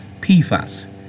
PFAS